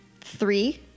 three